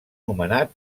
nomenat